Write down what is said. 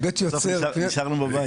נשארנו בבית.